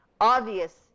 obvious